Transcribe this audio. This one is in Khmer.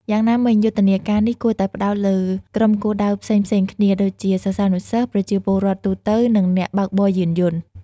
យ៉ាងណាមិញ យុទ្ធនាការនេះគួរតែផ្តោតលើក្រុមគោលដៅផ្សេងៗគ្នា ដូចជាសិស្សានុសិស្ស ប្រជាពលរដ្ឋទូទៅ និងអ្នកបើកបរយានយន្ត។